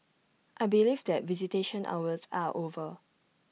I believe that visitation hours are over